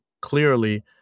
clearly